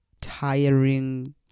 tiring